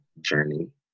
journey